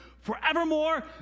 forevermore